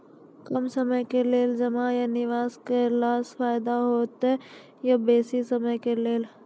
कम समय के लेल जमा या निवेश केलासॅ फायदा हेते या बेसी समय के लेल?